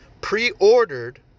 pre-ordered